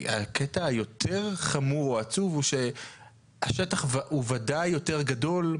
הקטע היותר חמור או עצוב הוא שהשטח הוא ודאי יותר גדול,